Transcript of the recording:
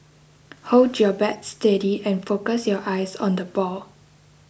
hold your bat steady and focus your eyes on the ball